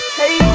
hey